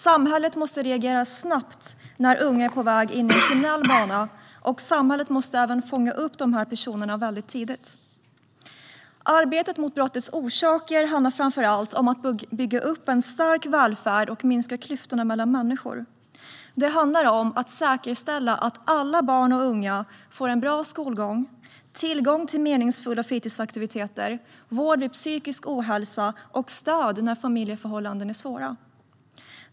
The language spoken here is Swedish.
Samhället måste reagera snabbt när unga är på väg in på en kriminell bana, och samhället måste även fånga upp dessa personer väldigt tidigt. Arbetet mot brottets orsaker handlar framför allt om att bygga upp en stark välfärd och att minska klyftorna mellan människor. Det handlar om att säkerställa att alla barn och unga får en bra skolgång, tillgång till meningsfulla fritidsaktiviteter, vård vid psykisk ohälsa och stöd när familjeförhållandena är svåra.